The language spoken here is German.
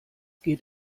geht